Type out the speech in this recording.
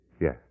Yes